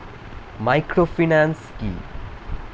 Microfinance কি?